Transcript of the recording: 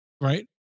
right